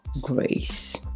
grace